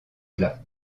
plat